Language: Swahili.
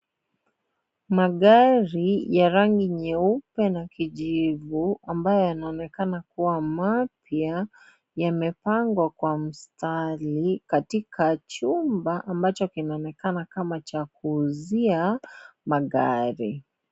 Magari ya rangi nyeupe na kijivu ambayo yanaonekana kuwa mapya yamepangwa kwa mstari katika chumba ambacho kinaonekana kama cha kuuzia magari.